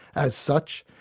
as such,